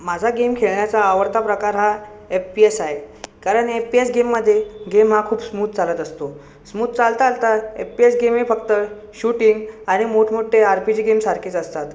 माझा गेम खेळण्याचा आवडता प्रकार हा एप्पीएस आहे कारण एप्पीएस गेममध्ये गेम हा खूप स्मूत चालत असतो स्मूत चालता चालता एप्पीएस गेम हे फक्त शूटिंग आणि मोठमोठे आर पी जी गेमसारखेच असतात